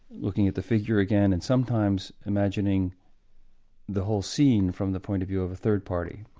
looking at the figure again and sometimes imagining the whole scene from the point of view of a third party.